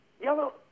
yellow